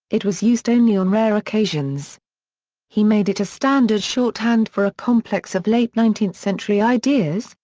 it was used only on rare occasions he made it a standard shorthand for a complex of late-nineteenth-century ideas,